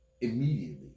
immediately